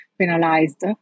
penalized